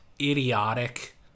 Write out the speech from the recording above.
idiotic